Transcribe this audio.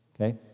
Okay